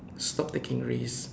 stop taking risks